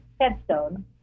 headstone